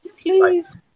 Please